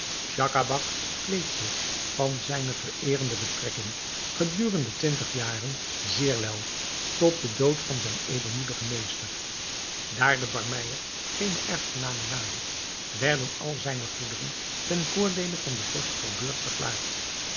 schacabac kweet zich van zijne vereerende betrekking gedurende twintig jaren zeer wel tot den dood van zijn edelmoedigen meester daar de barmeyer geene erfgenamen naliet werden al zijne goederen ten voordeele van den vorst verbeurd verklaard